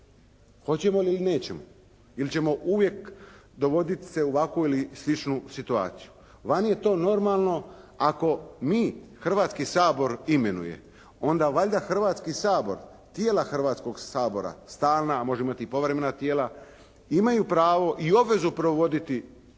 Hoćemo li ili nećemo? Ili ćemo uvijek dovoditi se u ovakvu ili sličnu situaciju? Vani je to normalno. Ako mi, Hrvatski sabor imenuje onda valjda Hrvatski sabor, tijela Hrvatskog sabora, stalna, a može imati i povremena tijelima, imaju pravo i obvezu provoditi